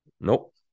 Nope